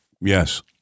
Yes